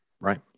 Right